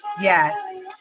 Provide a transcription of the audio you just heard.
yes